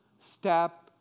step